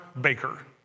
baker